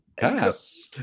Pass